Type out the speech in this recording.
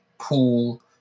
pool